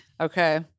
Okay